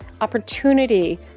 opportunity